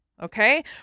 Okay